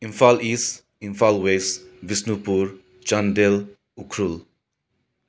Imphal is Imphal west Bishnupur Chandel Ukhrul